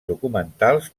documentals